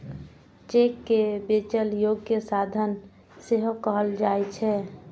cheque कें बेचै योग्य साधन सेहो कहल जाइ छै